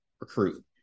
recruit